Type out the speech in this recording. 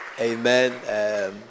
Amen